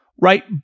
right